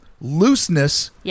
looseness